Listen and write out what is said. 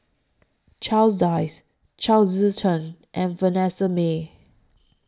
Charles Dyce Chao Tzee Cheng and Vanessa Mae